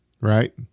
Right